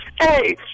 Hey